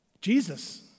Jesus